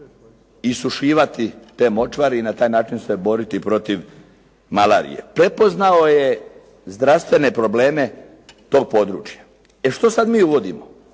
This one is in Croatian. isušivati te močvare i na taj način se boriti protiv malarije. Prepoznao je zdravstvene probleme tog područja. I što sad mi uvodimo?